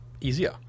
easier